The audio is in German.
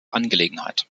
angelegenheit